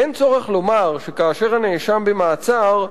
אין צורך לומר שכאשר הנאשם במעצר,